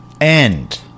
end